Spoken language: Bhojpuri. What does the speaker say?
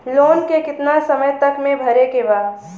लोन के कितना समय तक मे भरे के बा?